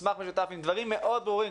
מסמך משותף עם דברים מאוד ברורים.